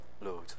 Lord